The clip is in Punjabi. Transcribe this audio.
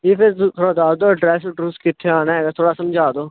ਜੀ ਫਿਰ ਤੁਸੀਂ ਥੋੜ੍ਹਾ ਦੱਸ ਦਓ ਅਡਰੈਸ ਅਡਰੁਸ ਕਿੱਥੇ ਆਉਣਾ ਹੈਗਾ ਥੋੜ੍ਹਾ ਸਮਝਾ ਦਓ